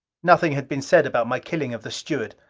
nothing had been said about my killing of the steward.